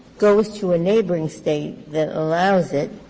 goes to a neighboring state that allows it,